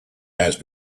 had